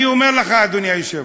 אני אומר לך, אדוני היושב-ראש,